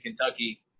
Kentucky